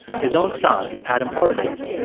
his own son, adam horovitz,